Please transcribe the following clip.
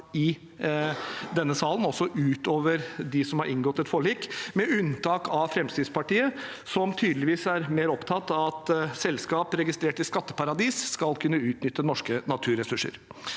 i denne salen, også utover de som har inngått et forlik, med unntak av Fremskrittspartiet, som tydeligvis er mer opptatt av at selskap registrert i skatteparadis skal kunne utnytte norske naturressurser.